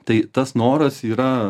tai tas noras yra